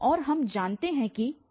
और हम जानते हैं कि f0